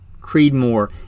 Creedmoor